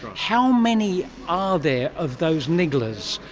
how many are there of those nigglers?